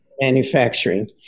manufacturing